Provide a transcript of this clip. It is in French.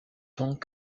temps